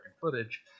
footage